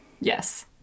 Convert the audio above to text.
Yes